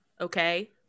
okay